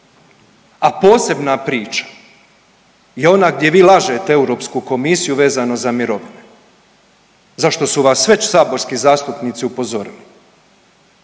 a posebna priča je ona gdje vi lažete Europsku komisiju vezano za mirovine, za što su vas već saborski zastupnici upozorili.